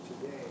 today